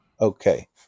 Okay